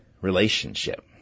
relationship